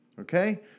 okay